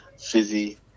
fizzy